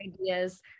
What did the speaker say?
ideas